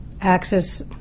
access